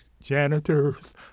janitors